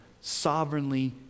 sovereignly